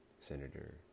Senator